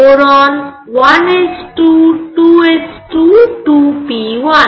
boron 1 s 2 2 s 2 2 p 1